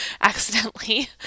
accidentally